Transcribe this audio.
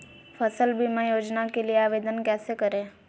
फसल बीमा योजना के लिए आवेदन कैसे करें?